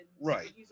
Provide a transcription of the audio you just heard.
Right